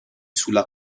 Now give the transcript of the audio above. sulla